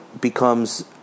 becomes